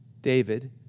David